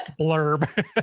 blurb